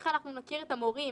איך נכיר את המורים,